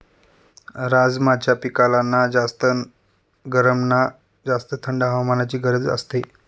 राजमाच्या पिकाला ना जास्त गरम ना जास्त थंड हवामानाची गरज असते